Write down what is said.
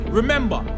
remember